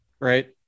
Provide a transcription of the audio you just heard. right